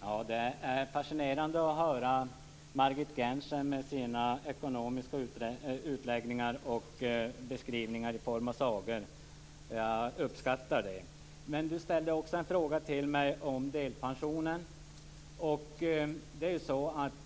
Fru talman! Det är fascinerande att höra Margit Gennsers ekonomiska utläggningar och beskrivningar i form av sagor. Jag uppskattar det. Margit Gennser ställde en fråga till mig om delpensionen.